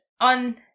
on